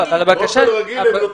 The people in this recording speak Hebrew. באופן רגיל הם נותנים,